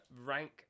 rank